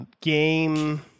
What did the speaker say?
game